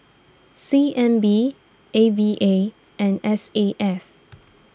C N B A V A and S A F